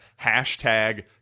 hashtag